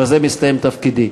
בזה מסתיים תפקידי.